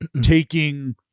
taking